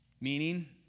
meaning